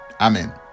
Amen